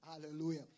Hallelujah